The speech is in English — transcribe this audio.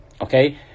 okay